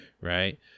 right